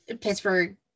Pittsburgh